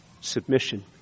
Submission